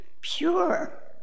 pure